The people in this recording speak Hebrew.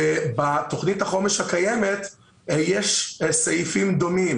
בתכנית החומש הקיימת יש סעיפים דומים.